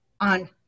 on